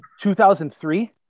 2003